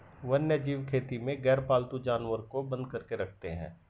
वन्यजीव खेती में गैरपालतू जानवर को बंद करके रखते हैं